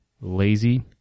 lazy